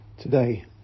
Today